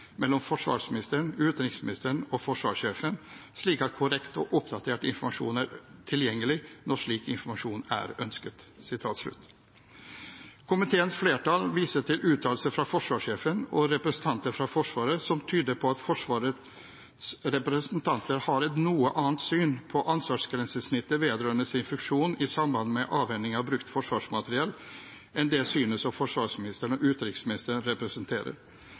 mellom forsvarsministeren, utenriksministeren og forsvarssjefen, slik at korrekt og oppdatert informasjon er tilgjengelig når slik informasjon er ønsket.» Komiteens flertall viser til uttalelser fra forsvarssjefen og representanter fra Forsvaret som tyder på at Forsvarets representanter har et noe annet syn på ansvarsgrensesnittet vedrørende sin funksjon i samband med avhending av brukt forsvarsmateriell, enn det synet som forsvarsministeren og utenriksministeren representerer.